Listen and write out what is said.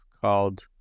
called